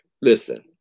Listen